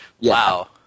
Wow